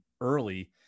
early